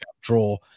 draw